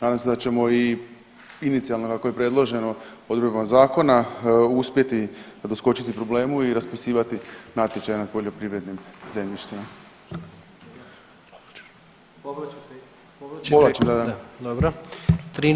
Nadam se da ćemo i inicijalno kako je predloženo odredbama zakonima uspjeti doskočiti problemu i raspisivati natječaje na poljoprivrednim zemljištima [[Upadica: Povlačite ga?]] Povlačim da, da.